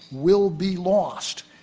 will be lost.